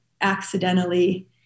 accidentally